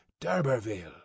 d'Urberville